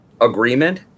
agreement